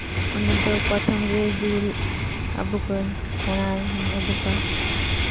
ᱚᱱᱟ ᱫᱚ ᱯᱨᱚᱛᱷᱚᱢ ᱨᱮ ᱡᱤᱞ ᱟᱵᱩᱠᱟᱹᱧ ᱠᱚᱲᱟᱭ ᱦᱚᱧ ᱟᱵᱩᱠᱟ